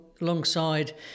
alongside